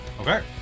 Okay